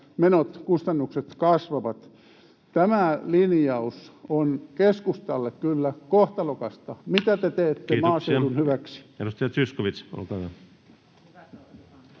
menot ja kustannukset kasvavat. Tämä linjaus on kyllä keskustalle kohtalokasta. Mitä te teette maaseudun hyväksi? Kiitoksia.